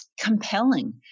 compelling